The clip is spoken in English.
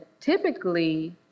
typically